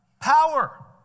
power